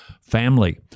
Family